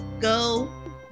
Go